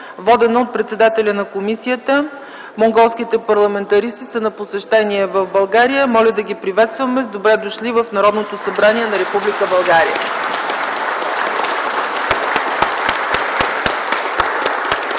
водена от председателя на комисията. Монголските парламентаристи са на посещение в България. Моля да ги приветстваме с „Добре дошли” в Народното събрание на Република България!